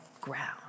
ground